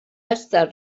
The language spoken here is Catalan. estat